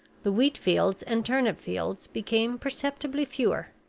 the wheat fields and turnip fields became perceptibly fewer,